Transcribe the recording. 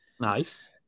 Nice